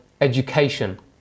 education